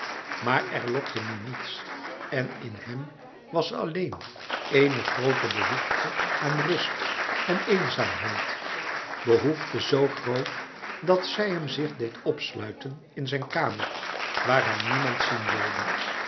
maar er lokte nu niets en in hem was alleen ééne groote behoefte aan rust en eenzaamheid behoefte zoo groot dat zij hem zich deed opsluiten in zijn kamer waar hij niemand zien wilde